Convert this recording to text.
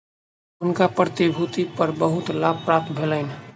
हुनका प्रतिभूति पर बहुत लाभ प्राप्त भेलैन